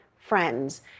Friends